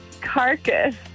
carcass